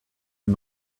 and